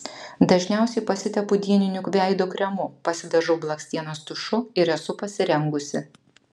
dažniausiai pasitepu dieniniu veido kremu pasidažau blakstienas tušu ir esu pasirengusi